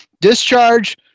discharge